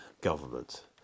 government